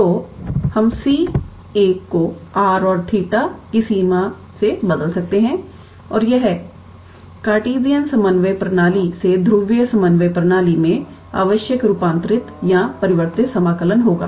तो हम c 1 को r और 𝜃 की सीमा से बदल सकते हैं और यह कॉटेजइन समन्वय प्रणाली से ध्रुवीय समन्वय प्रणाली में आवश्यक रूपांतरित या परिवर्तित समाकलन होगा